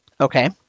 Okay